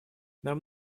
нам